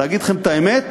להגיד לכם את האמת?